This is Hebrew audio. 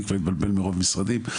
אני כבר מתבלבל מרוב משרדים,